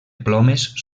plomes